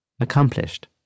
Accomplished